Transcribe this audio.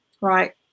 right